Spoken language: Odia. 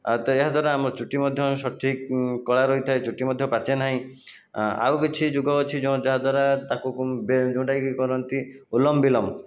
ଆଉ ତେ ଏହା ଦ୍ଵାରା ଆମର ଚୁଟି ମଧ୍ୟ ସଠିକ୍ କଳା ରହିଥାଏ ଚୁଟି ମଧ୍ୟ ପାଚେ ନାହିଁ ଆଉ କିଛି ଯୋଗ ଅଛି ଯେଉଁ ଯାହାଦ୍ୱାରା ତାକୁ ଯେଉଁଟାକି କରନ୍ତି ଉଲମ ବିଲମ